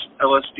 LSD